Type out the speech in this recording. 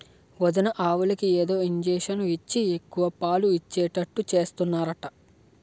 వదినా ఆవులకు ఏదో ఇంజషను ఇచ్చి ఎక్కువ పాలు ఇచ్చేటట్టు చేస్తున్నారట